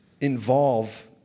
involve